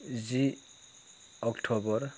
जि October